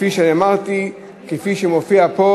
כפי שאני אמרתי, כפי שמופיע פה,